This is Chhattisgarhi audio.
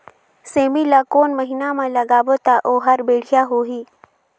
सेमी ला कोन महीना मा लगाबो ता ओहार बढ़िया होही?